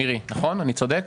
מירי, אני צודק?